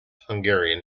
hungarian